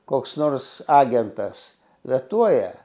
koks nors agentas vetuoja